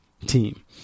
team